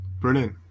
brilliant